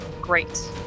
Great